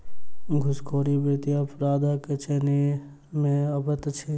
घूसखोरी वित्तीय अपराधक श्रेणी मे अबैत अछि